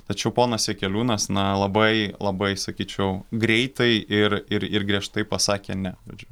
tačiau ponas jakeliūnas na labai labai sakyčiau greitai ir ir ir griežtai pasakė ne žodžiu